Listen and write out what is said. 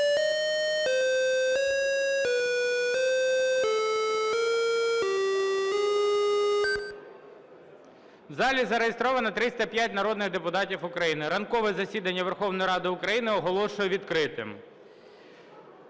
У залі зареєстровано 305 народних депутатів України. Ранкове засідання Верховної Ради України оголошую відкритим.